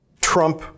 Trump